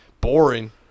boring